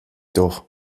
doch